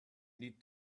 need